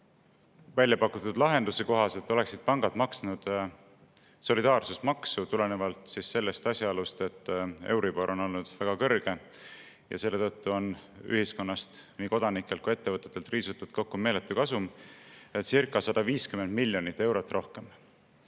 väljapakutud lahenduse kohaselt oleksid pangad maksnud solidaarsusmaksu tulenevalt asjaolust, et euribor on olnud väga kõrge. Selle tõttu on ühiskonnast nii kodanikelt kui ka ettevõtetelt riisutud kokku meeletu kasum:circa150 miljonit eurot rohkem.